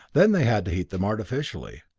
then they had to heat them artificially.